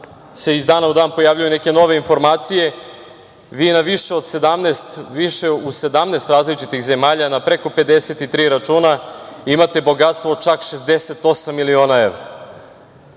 iz dana u dan pojavljuju neke nove informacije. Vi na više od 17 različitih zemalja na preko 53 računa imate bogatstvo od čak 68 miliona evra.